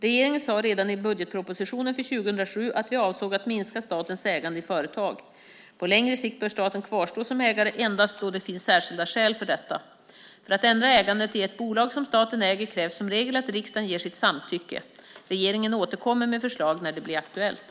Regeringen sade redan i budgetpropositionen för 2007 att vi avsåg att minska statens ägande i företag. På längre sikt bör staten kvarstå som ägare endast då det finns särskilda skäl för detta. För att ändra ägandet i ett bolag som staten äger krävs som regel att riksdagen ger sitt samtycke. Regeringen återkommer med förslag när det blir aktuellt.